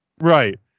Right